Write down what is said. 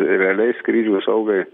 realiai skrydžių saugai